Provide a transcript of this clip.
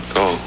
go